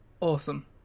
Awesome